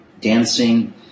dancing